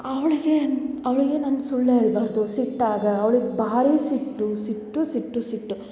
ಅವ್ಳಿಗೆ ಅವಳಿಗೆ ನಾನು ಸುಳ್ಳು ಹೇಳ್ಬಾರದು ಸಿಟ್ಟಾಗ ಅವ್ಳಿಗೆ ಭಾರಿ ಸಿಟ್ಟು ಸಿಟ್ಟು ಸಿಟ್ಟು ಸಿಟ್ಟು